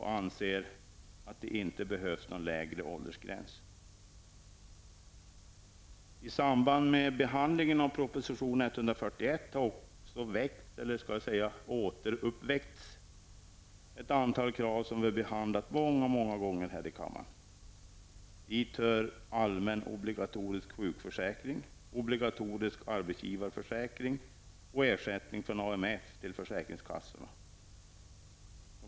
Vi anser inte att det behövs någon lägre åldersgräns. har också väckts -- eller snarare återuppväckts -- ett antal krav som vi har behandlat många gånger här i kammaren. Dit hör allmän obligatorisk sjukförsäkring, obligatorisk arbetsgivarförsäkring och ersättning från AMF till försäkringskassorna.